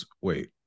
wait